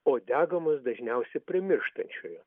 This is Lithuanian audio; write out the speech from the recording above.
o degamos dažniausiai prie mirštančiojo